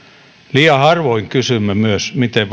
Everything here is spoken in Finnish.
liian harvoin kysymme myös miten